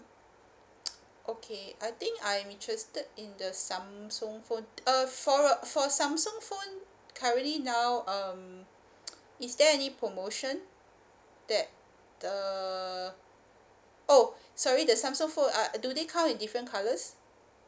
okay I think I'm interested in the samsung phone uh for uh for samsung phone currently now um is there any promotion that the oh sorry the samsung phone uh do they come with different colours